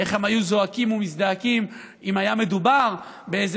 איך הם היו זועקים ומזדעקים אם היה מדובר באיזה